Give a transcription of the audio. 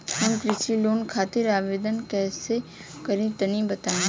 हम कृषि लोन खातिर आवेदन कइसे करि तनि बताई?